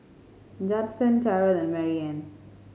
Judson Terrell and Marianne